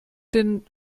den